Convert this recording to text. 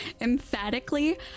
emphatically